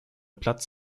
platz